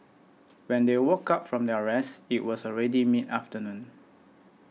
when they woke up from their rest it was already mid afternoon